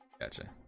gotcha